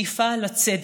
השאיפה לצדק,